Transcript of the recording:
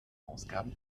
ausgaben